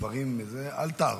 אל תהרוס.